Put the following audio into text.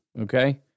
okay